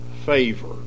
favor